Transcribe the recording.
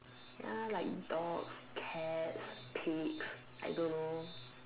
ya like dogs cats pigs I don't know